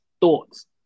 thoughts